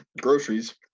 groceries